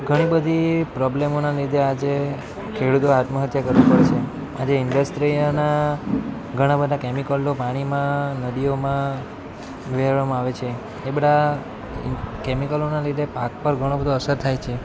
ઘણી બધી પ્રોબ્લેમોના લીધે આજે ખેડૂતો આત્મહત્યા કરવી પડે છે આજે ઈંડસ્ટ્રીઓના ઘણાં બધાં કેમિકલો પાણીમાં નદીઓમાં વહાવવામાં આવે છે એ બધા કેમિકલોના લીધે પાક પર ઘણો બધો અસર થાય છે